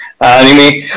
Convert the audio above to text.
anime